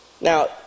Now